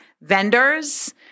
vendors